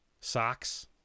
socks